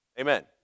Amen